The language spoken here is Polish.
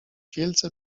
wielce